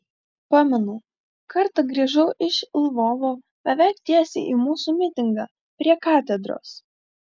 pamenu kartą grįžau iš lvovo beveik tiesiai į mūsų mitingą prie katedros